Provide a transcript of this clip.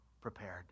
prepared